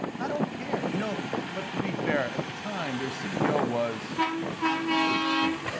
i don't care. you know but to be fair at the time their ceo was dick cheney.